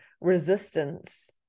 resistance